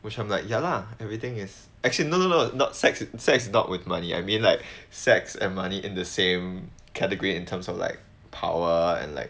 which I'm like ya lah everything is actually no no no not sex in sex not with money I mean like sex and money in the same category in terms of like power and like